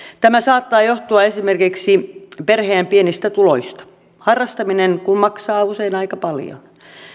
tämä saattaa johtua esimerkiksi perheen pienistä tuloista harrastaminen kun maksaa usein aika paljon